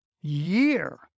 year